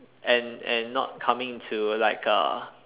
and and not coming to like a